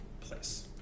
place